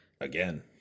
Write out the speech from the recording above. again